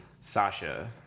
Sasha